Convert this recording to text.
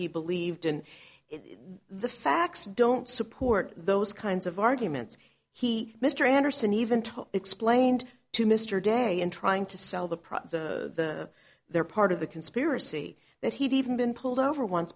he believed in the facts don't support those kinds of arguments he mr anderson even told explained to mr day in trying to sell the product the they're part of the conspiracy that he'd even been pulled over once